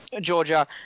Georgia